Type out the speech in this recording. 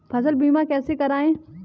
फसल बीमा कैसे कराएँ?